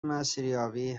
مسیریابی